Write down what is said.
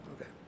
Okay